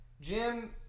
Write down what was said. Jim